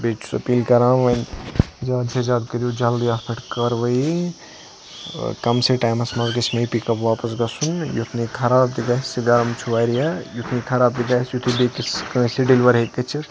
بییٚہِ چھُس اپیٖل کران وۄنۍ زیادٕ سے زیادٕ کٔرِو جَلدی اتھ پٮ۪ٹھ کاروٲیی کَم سٕے ٹایمَس مَنٛز گَژھِ مےٚ یہِ پَک اَپ واپَس گَژھُن یُتھ نہٕ یہِ خَراب تہِ گَژھِ گرم چھُ واریاہ یُتھ نہٕ یہِ خَراب تہِ گَژھِ یُتھ یہِ بیٚکِس کٲنٛسہِ ڈیٚلوَر ہیٚکہِ گٔژھِتھ